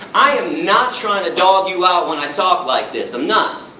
i am not trying to dog you out when i talk like this, i'm not!